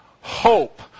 hope